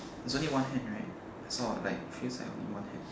there is only one hand right I saw feels like only one hand